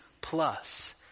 plus